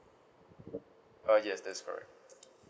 uh yes that's correct